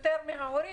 יותר מההורים.